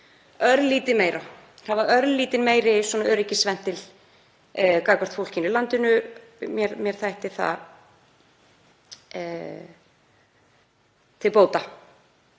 örlítið meira, hafa örlítið meiri öryggisventil gagnvart fólkinu í landinu. Mér þætti það til bóta.